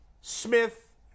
Smith